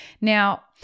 Now